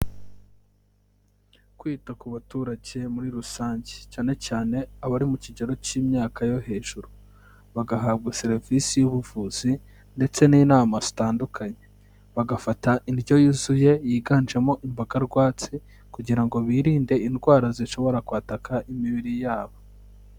Kwita ku baturage muri rusange cyane cyane abari mu kigero cy'imyaka yo hejuru. Bagahabwa serivisi y'ubuvuzi ndetse n'inama zitandukanye. Bagafata indyo yuzuye yiganjemo imboga rwatsi kugira ngo birinde indwara zishobora kwataka imibiri ya bo.